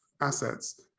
assets